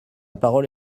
parole